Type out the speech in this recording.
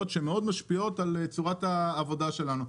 שמאוד משפיעות על צורת העבודה שלנו.